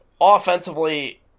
offensively